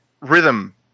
rhythm